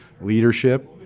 leadership